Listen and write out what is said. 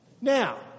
now